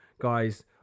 guys